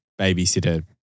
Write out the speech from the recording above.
babysitter